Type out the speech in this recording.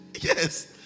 yes